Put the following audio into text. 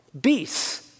Beasts